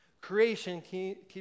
Creation